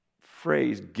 phrase